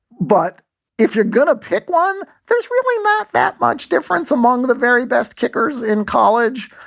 but if you're gonna pick one, there's really not that much difference among the very best kickers in college.